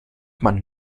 man